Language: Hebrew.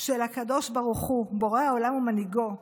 של הקדוש ברוך הוא, בורא העולם ומנהיגו,